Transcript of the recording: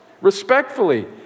respectfully